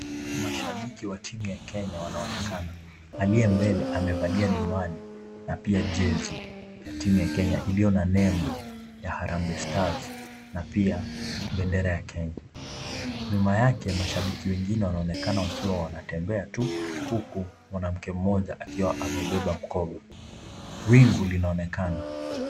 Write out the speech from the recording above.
Mashabiki wa timu ya Kenya wanaonekana. Aliye mbele amevalia miwani, na pia jezi ya timu ya Kenya iliyo na nembo ya Harambee stars. Na pia bendera ya Kenya. Nyuma yake mashabiki wengine wanaonekana wanatembea tu huku Mwanamke mmoja akiwa amebeba mkono. Wingu linaonekana.